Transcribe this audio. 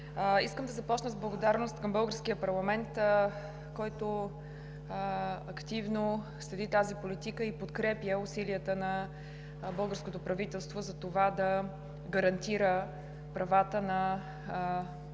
Искам да започна с благодарност към българския парламент, който активно следи тази политика и подкрепя усилията на българското правителство за това да гарантира правата на една